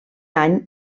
any